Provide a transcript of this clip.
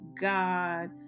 God